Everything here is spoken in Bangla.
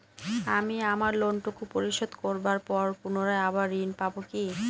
আমি আমার লোন টুকু পরিশোধ করবার পর পুনরায় আবার ঋণ পাবো কি?